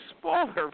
smaller